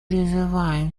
призываем